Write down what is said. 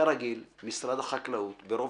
כרגיל, משרד החקלאות ברוב